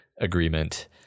agreement